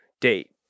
date